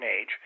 age